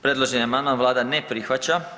Predloženi amandman Vlada ne prihvaća.